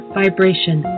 vibration